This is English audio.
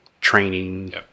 training